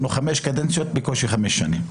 אנחנו חמש קדנציות, וזה בקושי חמש שנים.